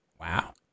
Wow